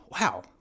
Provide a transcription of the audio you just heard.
wow